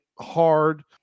hard